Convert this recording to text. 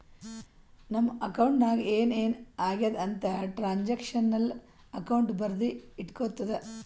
ನಮ್ ಅಕೌಂಟ್ ನಾಗ್ ಏನ್ ಏನ್ ಆಗ್ಯಾದ ಅಂತ್ ಟ್ರಾನ್ಸ್ಅಕ್ಷನಲ್ ಅಕೌಂಟ್ ಬರ್ದಿ ಇಟ್ಗೋತುದ